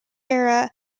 era